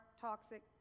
toxic